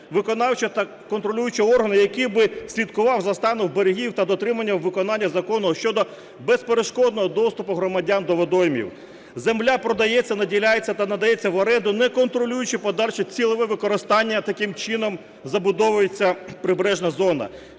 виконавчого та контролюючого органу, який би слідкував за станом берегів та дотриманням, виконанням закону щодо безперешкодного доступу громадян до водойм. Земля продається, наділяється та надається в оренду, не контролюючи подальше цільове використання, таким чином забудовується прибережна зона.